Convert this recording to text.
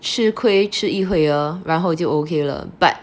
吃亏吃一会儿然后就 okay 了 but